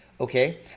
Okay